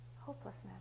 hopelessness